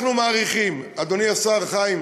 אנחנו מעריכים, אדוני השר, חיים,